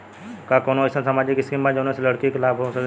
का कौनौ अईसन सामाजिक स्किम बा जौने से लड़की के लाभ हो?